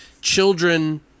children